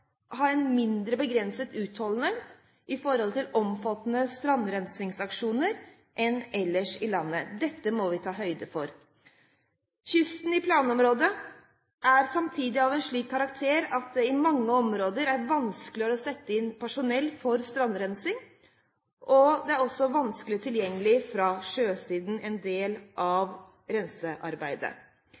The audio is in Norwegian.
ha en mer begrenset utholdenhet ved omfattende strandrensingsaksjoner enn ellers i landet. Dette må vi ta høyde for. Kysten i planområdet er samtidig av en slik karakter at det er mange områder der det er vanskelig å sette inn personell for strandrensing – områder som også er vanskelig tilgjengelige fra sjøsiden.